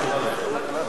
בסדר.